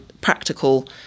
practical